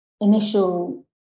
initial